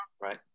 Right